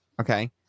okay